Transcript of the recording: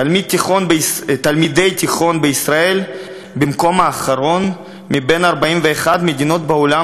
תלמידי תיכון בישראל במקום האחרון מבין 41 מדינות בעולם